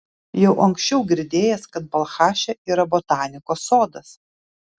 jau anksčiau girdėjęs kad balchaše yra botanikos sodas